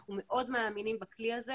אנחנו מאוד מאמינים בכלי הזה.